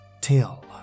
till